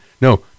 no